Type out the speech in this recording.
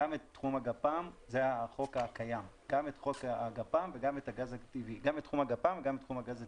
גם את תחום הגפ"ם, וגם את תחום הגז הטבעי.